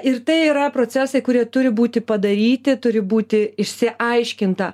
ir tai yra procesai kurie turi būti padaryti turi būti išsiaiškinta